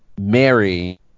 mary